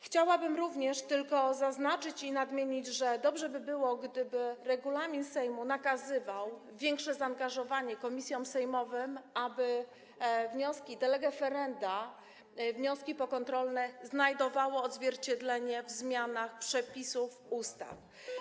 Chciałabym również zaznaczyć i nadmienić, że dobrze by było, gdyby regulamin Sejmu nakazywał większe zaangażowanie komisjom sejmowym, aby wnioski de lege ferenda, wnioski pokontrolne znajdowały odzwierciedlenie w zmianach przepisów ustaw.